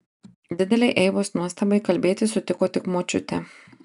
didelei eivos nuostabai kalbėti sutiko tik močiutė